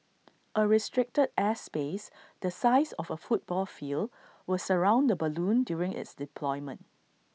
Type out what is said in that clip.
A restricted airspace the size of A football field will surround the balloon during its deployment